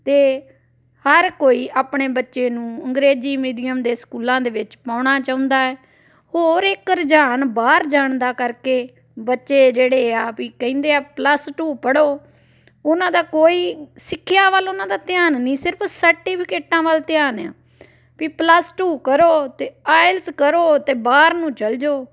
ਅਤੇ ਹਰ ਕੋਈ ਆਪਣੇ ਬੱਚੇ ਨੂੰ ਅੰਗਰੇਜ਼ੀ ਮੀਡੀਅਮ ਦੇ ਸਕੂਲਾਂ ਦੇ ਵਿੱਚ ਪਾਉਣਾ ਚਾਹੁੰਦਾ ਹੈ ਹੋਰ ਇੱਕ ਰੁਝਾਨ ਬਾਹਰ ਜਾਣ ਦਾ ਕਰਕੇ ਬੱਚੇ ਜਿਹੜੇ ਆ ਵੀ ਕਹਿੰਦੇ ਆ ਪਲੱਸ ਟੂ ਪੜ੍ਹੋ ਉਹਨਾਂ ਦਾ ਕੋਈ ਸਿੱਖਿਆ ਵੱਲ ਉਹਨਾਂ ਦਾ ਧਿਆਨ ਨਹੀਂ ਸਿਰਫ਼ ਸਰਟੀਫਿਕੇਟਾਂ ਵੱਲ ਧਿਆਨ ਆ ਵੀ ਪਲੱਸ ਟੂ ਕਰੋ ਅਤੇ ਆਇਲਸ ਕਰੋ ਅਤੇ ਬਾਹਰ ਨੂੰ ਚੱਲ ਜਾਓ